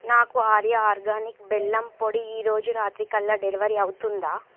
నాకు ఆర్యా ఆర్గానిక్ బెల్లం పొడి ఈరోజు రాత్రికల్లా డెలివరీ అవుతుందా